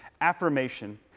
affirmation